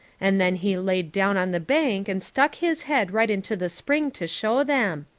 and then he laid down on the bank and stuck his head right into the spring to show them.